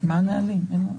למנהל הוועדה.